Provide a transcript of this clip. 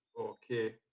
Okay